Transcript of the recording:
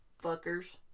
Fuckers